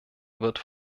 wird